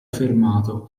fermato